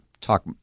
talk